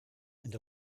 and